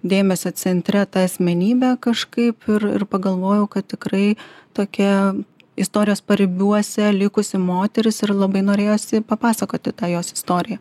dėmesio centre ta asmenybė kažkaip ir ir pagalvojau kad tikrai tokia istorijos paribiuose likusi moteris ir labai norėjosi papasakoti tą jos istoriją